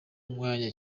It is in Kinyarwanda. umwanya